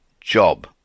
job